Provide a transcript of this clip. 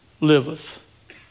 liveth